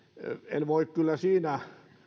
en voi kyllä